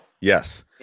Yes